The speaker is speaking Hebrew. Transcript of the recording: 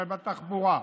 ובתחבורה,